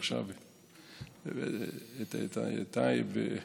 ועכשיו את טייב,